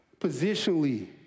positionally